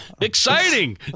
exciting